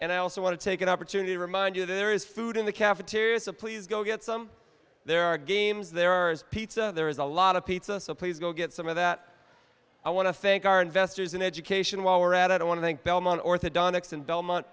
and i also want to take an opportunity to remind you there is food in the cafeteria supply go get some there are games there are pizza there is a lot of pizza so please go get some of that i want to thank our investors in education while we're at it i want to thank belmont orthodontics and belmont